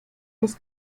los